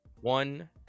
one